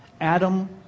Adam